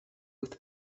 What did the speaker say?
with